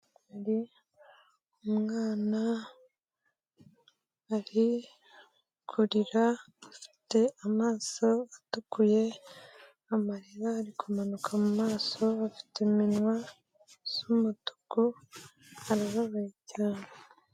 Umwana ari kurira, afite amaso atukuye, amarira ari kumanuka mu maso, afite iminwa isa umutuku, arababaye cyane.